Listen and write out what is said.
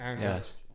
yes